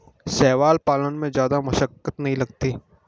शैवाल पालन में जादा मशक्कत नहीं लगती